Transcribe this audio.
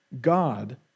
God